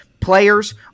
players